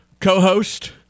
co-host